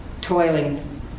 toiling